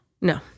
No